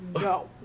no